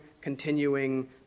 continuing